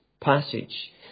passage